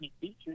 Features